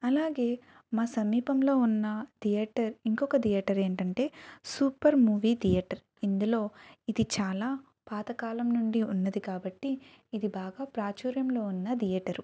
అలాగే మా సమీపంలో ఉన్న థియేటర్ ఇంకొక థియేటర్ ఏంటంటే సూపర్ మూవీ థియేటర్ ఇందులో ఇది చాలా పాతకాలం నుండి ఉన్నది కాబట్టి ఇది బాగా ప్రాచుర్యంలో ఉన్న థియేటరు